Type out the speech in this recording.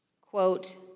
Quote